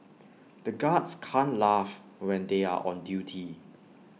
the guards can't laugh when they are on duty